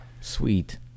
Sweet